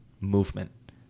movement